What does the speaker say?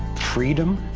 freedom,